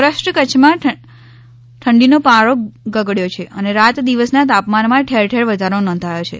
સૌરાષ્ટ્ર કચ્છમાં પણ ઠંડીનો પારો ગગડ્યો છે અને રાતદિવસના તાપમાન માં ઠેર ઠેર વધારો નોંધાયો છે